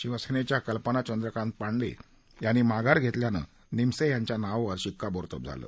शिवसेनेच्या कल्पना चंद्रकांत पांडे यांनी माघार घेतल्यानं निमसे यांच्या नावावर शिक्कामोर्तब झालं